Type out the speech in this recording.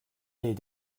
les